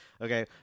Okay